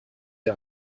ihr